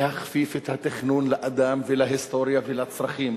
להכפיף את התכנון לאדם ולהיסטוריה ולצרכים.